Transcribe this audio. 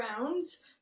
rounds